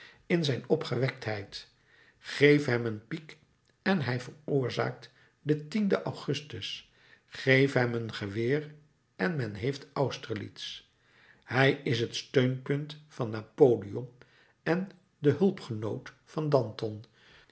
in zijn opgewektheid geef hem een piek en hij veroorzaakt den en augustus geef hem een geweer en men heeft austerlitz hij is het steunpunt van napoleon en de hulpgenoot van danton